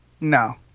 No